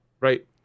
right